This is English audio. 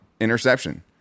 interception